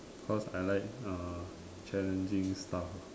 cause I like uh challenging stuff lah